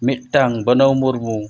ᱢᱤᱫᱴᱟᱱ ᱵᱟᱹᱱᱟᱹᱣ ᱢᱩᱨᱢᱩ